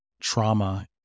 trauma